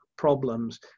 Problems